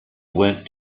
went